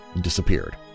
disappeared